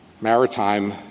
maritime